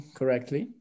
correctly